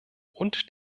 und